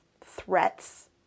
threats